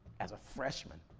as a freshman,